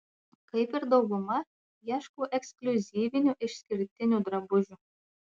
kaip ir dauguma ieškau ekskliuzyvinių išskirtinių drabužių